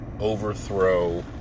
overthrow